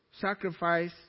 sacrifice